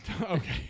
Okay